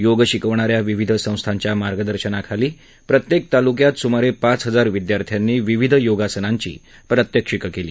योग शिकवणाऱ्या विविध संस्थांच्या मार्गदर्शनाखाली प्रत्येक तालुक्यात सुमारे पाच हजार विद्यार्थ्यांनी विविध योगासनांची प्रात्यक्षिकं केली